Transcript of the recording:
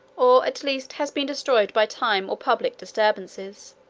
or at least has been destroyed by time or public disturbances.